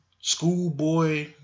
Schoolboy